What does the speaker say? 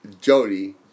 Jody